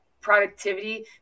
productivity